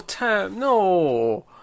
No